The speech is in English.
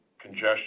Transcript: congestion